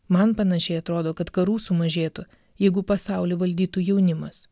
man panašiai atrodo kad karų sumažėtų jeigu pasaulį valdytų jaunimas